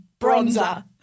Bronzer